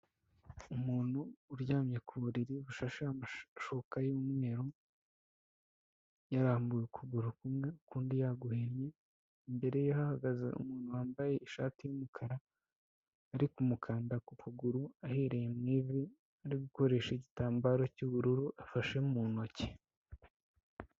Umuntu uryamye ku buriri bushasheho amashuka y'umweru yarambuye ukuguru kumwe ukundi yaguhinye, imbere ye hahagaze umuntu wambaye ishati y'umukara, ari kumukanda ku kuguru ahereye mu ivi, ari gukoresha igitambaro cy'ubururu afashe mu ntoki.